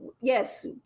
yes